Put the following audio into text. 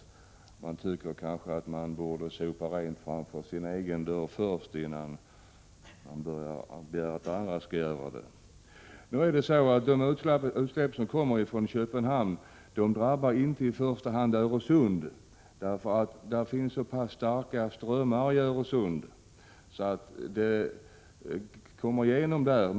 Det kan tyckas att man borde sopa rent framför sin egen dörr först, innan man begär att andra skall göra det. De utsläpp som kommer från Köpenhamn drabbar inte i första hand Öresund, för där finns så pass starka strömmar att föroreningarna kommer igenom.